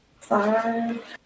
five